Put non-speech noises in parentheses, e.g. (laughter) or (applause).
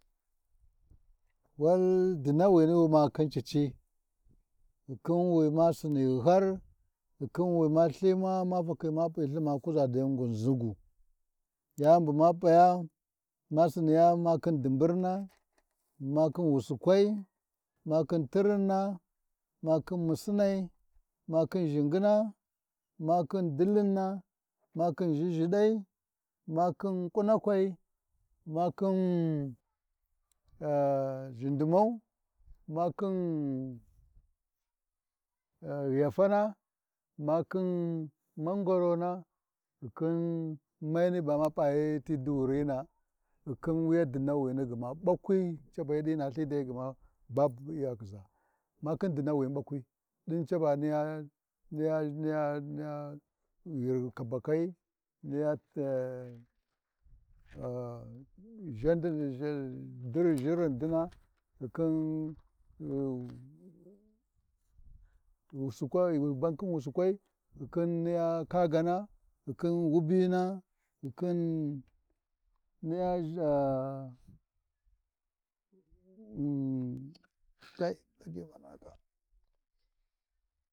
Wai dinawini bu ma khin cici, wi khin wi ma sini ɗihar, khin wi ma Lthina ma fakhi ma P’iLth ma Sina dai nginʒi gu, yanibuma p’aya ma sini Lthi ma khin dinburna ma khin wusiƙwai ma khin tirinna, ma khin misina ma khin ʒhingyina, ma khin dilinna, makhi ʒhiʒhiɗai, ma khin ƙunakwai ma khin aa ʒhindimau, ma khin yafana ma khin mangwarona ghi khin maini ba ma p’ayi ti durai ghkhin wuwan dinawani gma ɓakwi, cabeɗi naLthi dai gma babu Iyaldiʒa, ma khin dinawini ɓakwi ɗin, caba niya-niya-niya ghir kabakai niya ae ʒhenɗi duri ʒhirindina ghikhin, wusukwai, ban khin wusakwai khin niya kagana khin wubina khin niya ah wu (hesitation) kai.